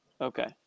Okay